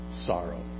sorrow